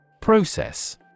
Process